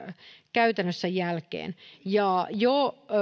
käytännössä jälkeen jo